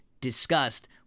discussed